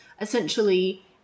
essentially